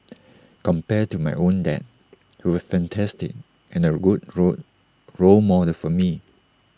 compared to my own dad he was fantastic and A good role role model for me